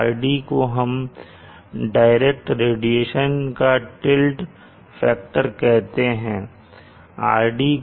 RD को हम direct radiation का टिल्ट फैक्टर कहते हैं